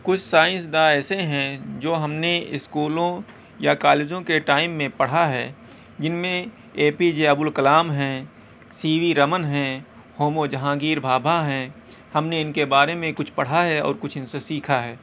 کچھ سائنسداں ایسے ہیں جو ہم نے اسکولوں یا کالجوں کے ٹائم میں پڑھا ہے جن میں اے پی جے ابوالکلام ہیں سی وی رمن ہیں ہومو جہانگیر بھابھا ہیں ہم نے ان کے بارے میں کچھ پڑھا ہے اور کچھ ان سے سیکھا ہے